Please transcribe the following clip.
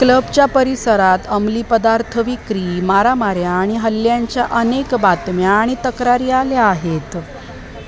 क्लबच्या परिसरात अमली पदार्थ विक्री मारामाऱ्या आणि हल्ल्यांच्या अनेक बातम्या आणि तक्रारी आल्या आहेत